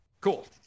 Cool